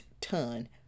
ton